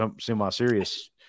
semi-serious